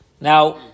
Now